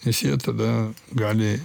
nes jie tada gali